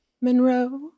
Monroe